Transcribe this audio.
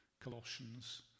Colossians